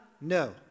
No